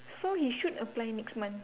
so he should apply next month